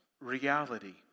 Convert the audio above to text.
reality